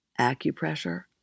acupressure